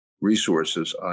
resources